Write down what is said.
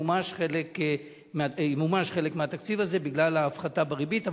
ימומש חלק מהתקציב הזה בגלל ההפחתה בריבית.